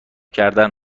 کردن